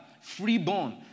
freeborn